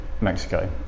Mexico